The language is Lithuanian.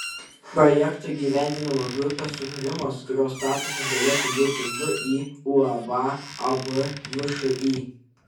projekto įgyvendinimo grupės sukūrimas kurio statusas galėtų būti vį uab ab všį